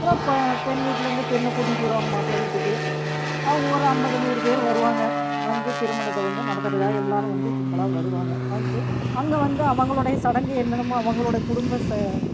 அப்புறம் இப்போ பெண் வீட்டில் இருந்து பெண் கூட்டிட்டு வருவாங்க மாப்பிளை வீட்டுக்கு அவங்க ஒரு ஐம்பது நூறு பேர் வருவாங்க வந்து திருமணத்தை வந்து நடத்துகிறதுக்காக எல்லாரும் வந்து கும்பலாக வருவாங்க வந்து அங்கே வந்து அவங்களுடைய சடங்கு என்னெனமோ அவங்களோடய குடும்பம் ச